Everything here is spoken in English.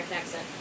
accent